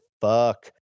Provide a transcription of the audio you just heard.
fuck